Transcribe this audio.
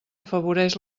afavoreix